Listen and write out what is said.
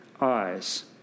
eyes